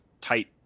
tight